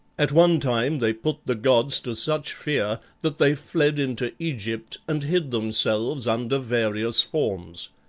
at one time they put the gods to such fear that they fled into egypt and hid themselves under various forms.